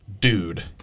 dude